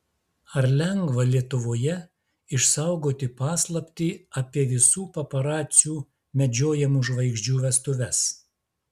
ar lengva lietuvoje išsaugoti paslaptį apie visų paparacių medžiojamų žvaigždžių vestuves